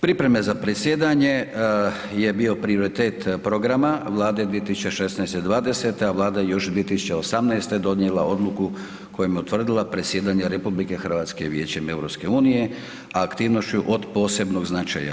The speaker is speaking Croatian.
Pripreme za predsjedanje je bio prioritet programa Vlade 2016. – '20., a Vlada je još 2018. donijela odluku kojom je utvrdila predsjedanje RH Vijećem EU, aktivnošću od posebnog značaja.